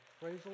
praise